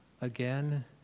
again